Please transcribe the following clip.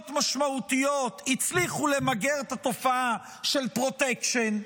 משמעותיות הצליחו למגר את התופעה של פרוטקשן,